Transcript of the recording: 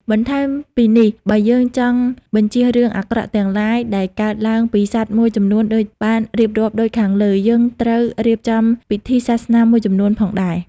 បន្ថែមពីនេះ បើយើងចង់បញ្ចៀសរឿងអាក្រក់ទាំងឡាញដែលកើតឡើងពីសត្វមួយចំនួនដូចបានរៀបរាប់ដូចខាងលើ យើងត្រូវរៀបចំពិធីសាសនាមួយចំនួនផងដែរ។